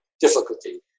difficulty